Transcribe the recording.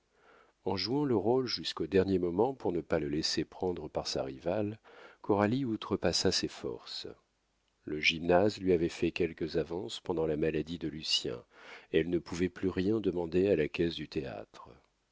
en jouant le rôle jusqu'au dernier moment pour ne pas le laisser prendre par sa rivale coralie outrepassa ses forces le gymnase lui avait fait quelques avances pendant la maladie de lucien elle ne pouvait plus rien demander à la caisse du théâtre